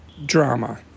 Drama